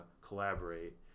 collaborate